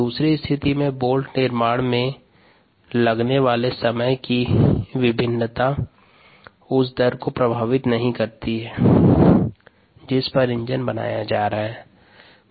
दुसरे स्थिति में बोल्ट के निर्माण में लड़ने वाले समय की विभिन्नता उस दर को प्रभावित नहीं करती है जिस पर इंजन बनाया जा रहा है